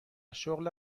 شغل